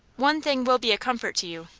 one thing will be a comfort to you.